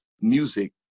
music